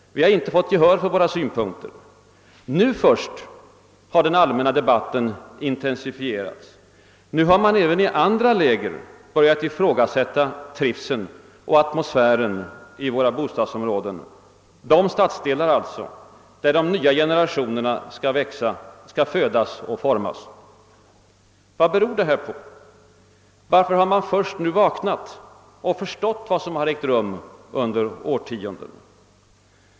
Vi har inte fått gehör för våra synpunkter. Nu först har den allmänna debatten intensifierats. Nu har man även i andra läger börjat ifrågasätta trivseln och atmosfären i våra bostadsområden, i de stadsdelar alltså där de nya generationerna skall födas och formas. Vad beror detta på? Varför har man först nu vaknat och förstått vad som har ägt rum under årtionden?